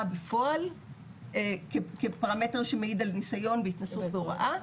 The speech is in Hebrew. בפועל כפרמטר שמעיד על ניסיון והתנסות בהוראה,